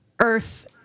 Earth